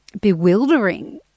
bewildering